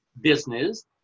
business